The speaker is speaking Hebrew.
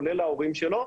כולל ההורים שלו,